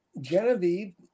Genevieve